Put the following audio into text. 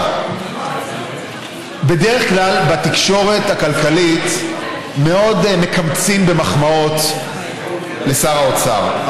בדרך כלל בתקשורת הכלכלית מאוד מקמצים במחמאות לשר האוצר,